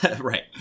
Right